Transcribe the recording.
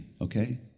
okay